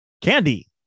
candy